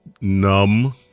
numb